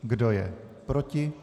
Kdo je proti?